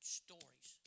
stories